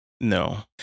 No